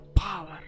power